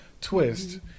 twist